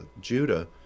Judah